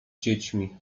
dziećmi